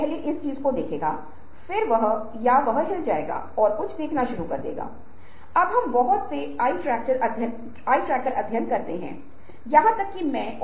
तो इसी तरह आपको लिखना होगा कि परिणाम क्या होंगे